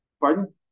Pardon